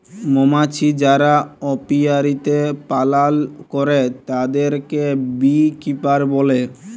মমাছি যারা অপিয়ারীতে পালল করে তাদেরকে বী কিপার বলে